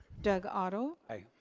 doug otto. aye.